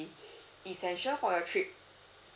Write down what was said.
essential for your trip